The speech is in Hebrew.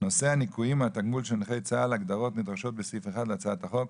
נושא הניכויים מהתגמול של נכי צה"ל (הגדרות נדרשות מסעיף 1 להצעת החוק,